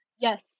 Yes